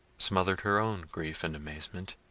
smothered her own grief and amazement,